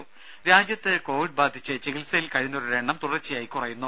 രുദ രാജ്യത്ത് കോവിഡ് ബാധിച്ച് ചികിത്സയിൽ കഴിയുന്നവരുടെ എണ്ണം തുടർച്ചയായി കുറയുന്നു